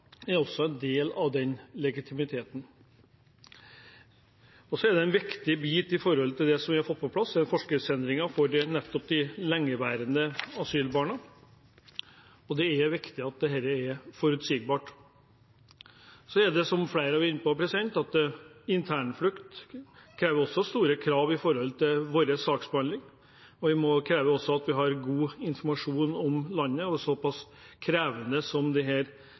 er også en del av den legitimiteten. En viktig del av dette, som vi har fått på plass, er forskriftsendringen for de lengeværende asylbarna. Det er viktig at dette er forutsigbart. Som flere har vært inne på, stiller også internflukt store krav til vår saksbehandling, og det krever også at vi har god informasjon om landet. Så krevende som dette terrenget i Afghanistan er, er det selvfølgelig mer krevende enn mange andre plasser. Og når det ikke minst er såpass store mangler når det